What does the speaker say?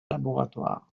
laboratoires